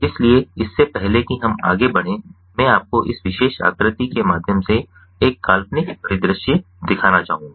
इसलिए इससे पहले कि हम आगे बढ़ें मैं आपको इस विशेष आकृति के माध्यम से एक काल्पनिक परिदृश्य दिखाना चाहूंगा